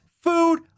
food